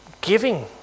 giving